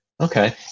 Okay